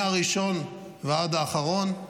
מהראשון ועד האחרון,